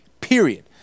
period